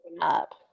up